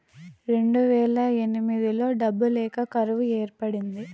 రెండువేల ఎనిమిదిలో డబ్బులు లేక కరువు ఏర్పడింది